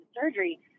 surgery